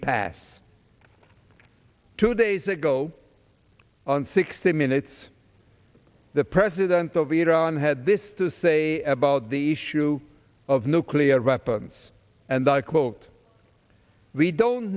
pass two days ago on sixty minutes the president of iran had this to say about the issue of nuclear weapons and i quote we don't